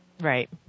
right